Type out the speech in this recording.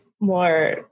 more